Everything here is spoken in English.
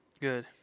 good